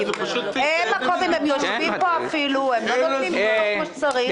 הם אפילו יושבים פה ולא נותנים דיווח כפי שצריך.